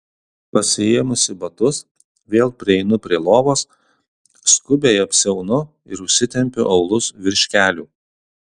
pasiėmusi batus vėl prieinu prie lovos skubiai apsiaunu ir užsitempiu aulus virš kelių